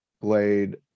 blade